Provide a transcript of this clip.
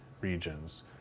regions